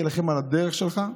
תילחם על הדרך שלך,